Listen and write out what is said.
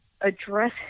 address